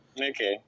Okay